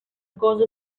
cosa